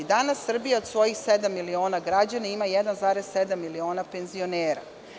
Danas Srbija sa svojih sedam miliona građana ima 1,7 miliona penzionera.